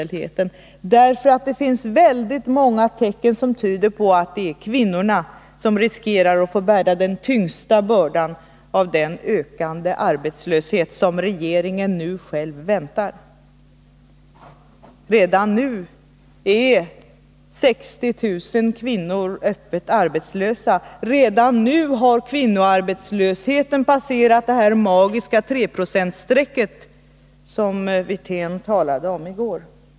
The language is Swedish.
Det finns väldigt många tecken på att det är kvinnorna som riskerar att få bära den tyngsta bördan av den ökade arbetslöshet som regeringen nu väntar. Redan nu är 60 000 kvinnor öppet arbetslösa. Redan nu har kvinnornas arbetslöshet passerat det magiska treprocentstrecket som Wirtén talade om i går.